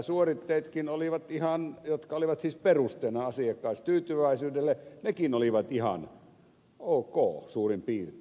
suoritteetkin jotka olivat siis perusteena asiakastyytyväisyydelle olivat ihan ok suurin piirtein